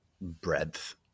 breadth